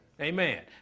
Amen